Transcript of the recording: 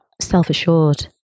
self-assured